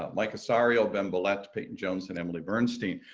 um mike osorio, ben bellet, payton jones and emily bernstein,